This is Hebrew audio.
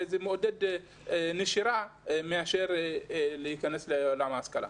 זה מעודד נשירה מאשר להיכנס לעולם ההשכלה.